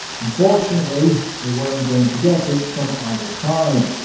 unfortunately, they weren't going to get it from either side.